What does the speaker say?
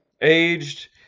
aged